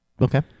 Okay